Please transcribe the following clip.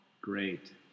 Great